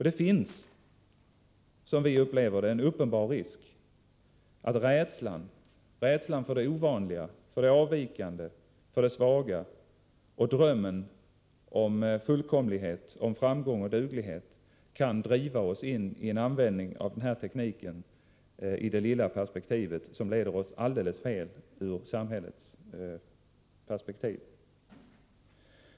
Det finns, som vi upplever det, en uppenbar risk att rädslan för det ovanliga, för det avvikande, för det svaga och drömmen om fullkomlighet, framgång och duglighet kan driva oss in i en användning av den här tekniken som i det lilla perspektivet tycks riktig, men som leder oss alldeles fel ur samhällets synpunkt.